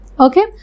Okay